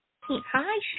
Hi